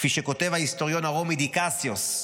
כפי שכתב ההיסטוריון הרומי דיו קסיוס: